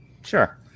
Sure